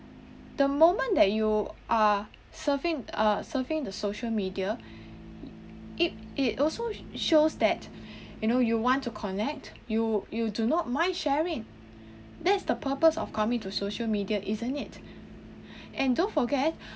the moment that you are surfing err surfing the social media it it also shows that you know you want to connect you you do not mind sharing that's the purpose of coming to social media isn't it and don't forget